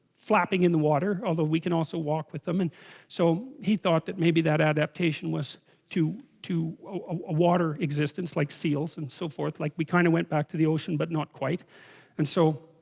flapping in the water although, we can, also walk with them and so he thought that maybe that adaptation was too? ah water existence like seals and so forth like, we kind of went back to the ocean but not quite and so?